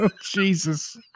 jesus